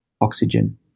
oxygen